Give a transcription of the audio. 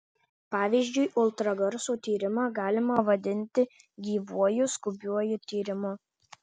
pavyzdžiui ultragarso tyrimą galima vadinti gyvuoju skubiuoju tyrimu